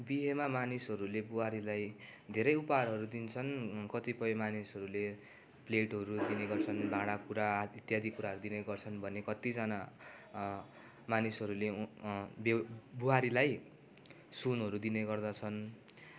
बिहेमा मानिसहरूले बुहारीलाई धेरै उपहारहरू दिन्छन् कतिपय मानिसहरूले प्लेटहरू दिने गर्छन् भाँडाकुँडा आइत्यादि कुराहरू दिने गर्छन् भने कत्तिजना मानिसहरूले बेहु बुहारीलाई सुनहरू दिने गर्दछन्